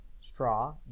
straw